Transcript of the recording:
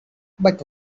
but